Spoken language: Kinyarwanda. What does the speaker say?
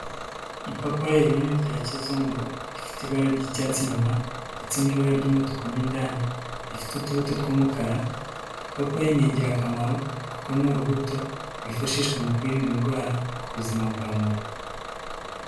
Ipapaye rinini rya kizungu. Rifite ibara ry'icyatsi inyuma ndetse n'ibara ry'umutuku mo indani, rifite utubuto tw'umukara. Ipapayi ni ingirakamaro kuko ni urubuto rwifashishwa mu kwirinda indwara ku buzima bwa muntu.